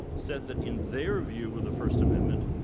said that in their view of the first amendment,